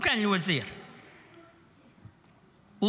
(אומר בערבית:).